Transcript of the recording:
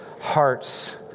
hearts